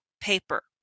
paper